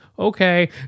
Okay